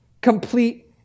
complete